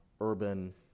urban